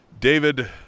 David